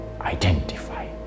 identify